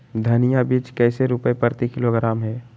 धनिया बीज कैसे रुपए प्रति किलोग्राम है?